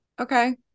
Okay